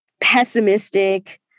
pessimistic